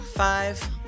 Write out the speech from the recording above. Five